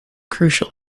crucial